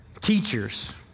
Teachers